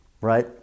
right